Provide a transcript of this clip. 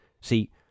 see